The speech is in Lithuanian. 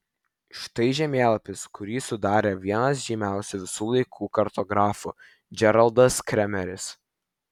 štai žemėlapis kurį sudarė vienas žymiausių visų laikų kartografų džeraldas kremeris